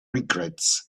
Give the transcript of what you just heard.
regrets